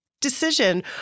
decision